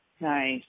Nice